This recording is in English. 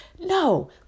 No